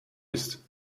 ist